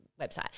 website